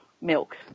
milk